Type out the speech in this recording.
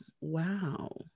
wow